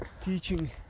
teaching